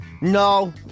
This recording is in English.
No